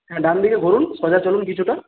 হ্যাঁ ডানদিকে ঘুরুন সোজা চলুন কিছুটা